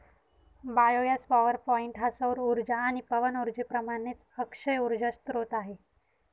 biogas power point हा सौर उर्जा आणि पवन उर्जेप्रमाणेच अक्षय उर्जा स्त्रोत आहे